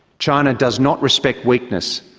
china does not respect weakness.